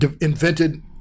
Invented